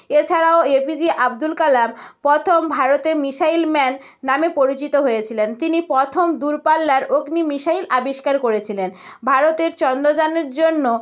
এছাড়াও এপিজে আব্দুল কালাম প্রথম ভারতে মিসাইল ম্যান নামে পরিচিত হয়েছিলেন তিনি প্রথম দূরপাল্লার অগ্নি মিসাইল আবিষ্কার করেছিলেন ভারতের চন্দ্রযানের জন্য